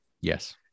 Yes